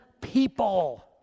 people